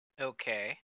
Okay